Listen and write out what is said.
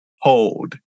hold